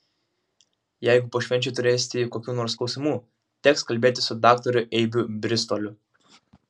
jeigu po švenčių turėsite kokių nors klausimų teks kalbėtis su daktaru eibių bristoliu